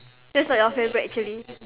that's not your favourite actually